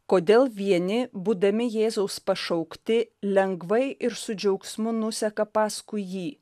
kodėl vieni būdami jėzaus pašaukti lengvai ir su džiaugsmu nuseka paskui jį